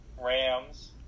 Rams